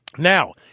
Now